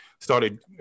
started